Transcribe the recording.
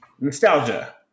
nostalgia